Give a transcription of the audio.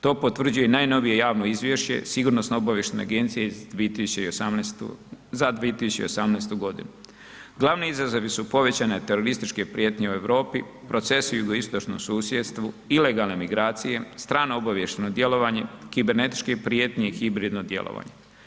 To potvrđuje i najnovije javno izvješće sigurnosno obavještajne agencije za 2018.g. Glavni izazovi su povećane terorističke prijetnje u Europi, procesi u jugoistočnom susjedstvu, ilegalne migracije, strano obavještajno djelovanje, kibernetičke prijetnje i hibridno djelovanje.